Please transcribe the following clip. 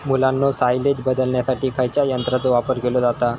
मुलांनो सायलेज बदलण्यासाठी खयच्या यंत्राचो वापर केलो जाता?